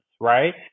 right